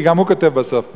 כי גם הוא כותב בסוף מיהו.